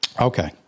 Okay